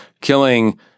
killing